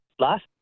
last